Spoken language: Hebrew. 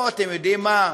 או אתם יודעים מה?